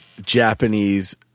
Japanese